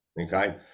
okay